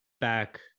back